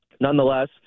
nonetheless